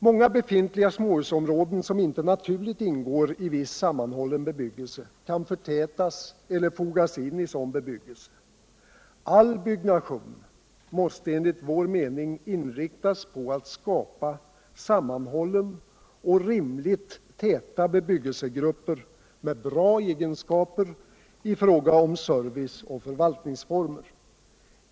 Månega befintliga småhusområden som inte naturligt ingår i viss sammanhållen bebyggelse kan förtätas eller fogas in i sådan bebyggelse. All byggnation måste enligt vår mening inriktas på att skapa sammanhållna och rimligt täta bebyggelsgrupper med bra egenskaper i fråga om service och förvaltningsformer.